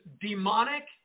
demonic